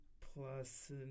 plus